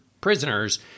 prisoners